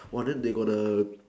!whoa! then they got the